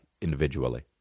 individually